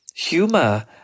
Humor